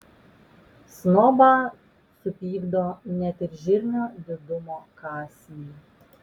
snobą supykdo net ir žirnio didumo kąsniai